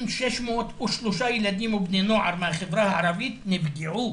5,603 ילדים ובני נוער מהחברה הערבית נפגעו